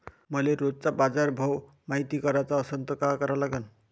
मले रोजचा बाजारभव मायती कराचा असन त काय करा लागन?